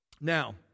Now